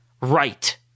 right